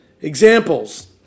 Examples